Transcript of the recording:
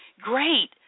Great